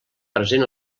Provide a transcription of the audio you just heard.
present